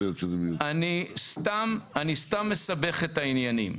אני סתם מסבך את העניינים.